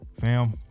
fam